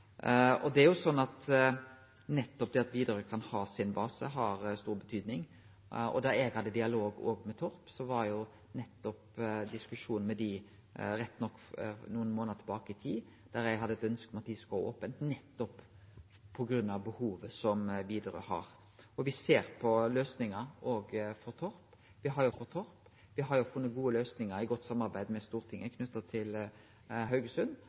nettopp det at Widerøe kan ha sin base, har stor betydning. Da eg hadde dialog med Torp – rett nok nokre månader tilbake i tid – hadde eg i diskusjonen med dei eit ønske om at dei skulle ha opent, nettopp på grunn av behovet som Widerøe har. Vi ser på løysingar òg for Torp. Vi har jo funne gode løysingar i godt samarbeid med Stortinget knytt til Haugesund,